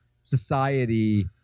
society